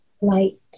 light